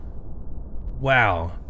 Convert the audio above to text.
Wow